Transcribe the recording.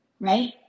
right